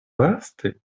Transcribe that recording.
vaste